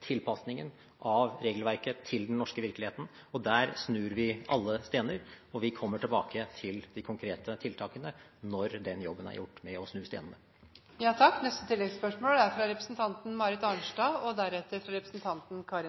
tilpasningen av regelverket til den norske virkeligheten. Der snur vi alle stener, og vi kommer tilbake til de konkrete tiltakene når jobben er gjort med å snu stenene. Marit Arnstad – til oppfølgingsspørsmål. Jeg skjønner at statsråden er opptatt av næringslivet, og det er bra. Nå tror jeg at de